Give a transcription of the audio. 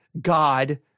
God